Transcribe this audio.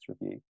review